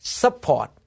support